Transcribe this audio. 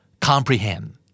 Comprehend